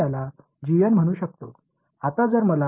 இந்த பல்ஸ் முந்தைய செயல்பாட்டுடன் ஒன்றுடன் ஒன்று சேருமா